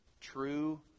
true